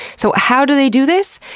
so how do they do this?